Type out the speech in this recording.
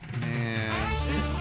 man